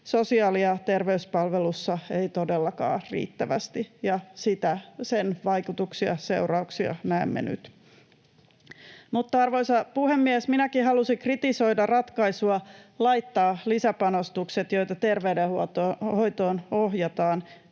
sosiaali- ja terveyspalveluissa ei todellakaan riittävästi, ja sen vaikutuksia, seurauksia, näemme nyt. Mutta, arvoisa puhemies, minäkin haluaisin kritisoida ratkaisua laittaa lisäpanostukset, joita terveydenhoitoon ohjataan,